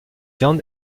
xian